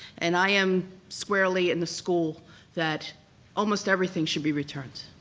and i am squarely in the school that almost everything should be returned.